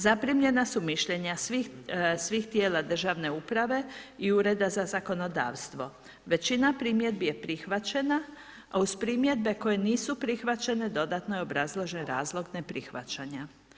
Zaprimljena su mišljenja svih tijela državne uprave i ureda za zakonodavstvo, većina primjedbi je prihvaćena, a uz primjedbu koje nisu prihvaćene dodatno je obrazložen razlog neprihvaćanja.